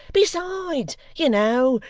besides, you know,